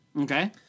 Okay